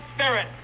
spirit